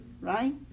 right